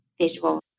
visual